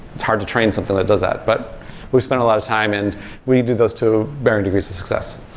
it's hard to train something that does that. but we spend a lot of time and we do those to varying degrees of success.